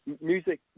music